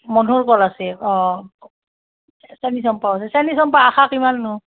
মধুৰ কল আছে অঁ চেনীচম্পাও আছে চেনীচম্পা আষি কিমাননো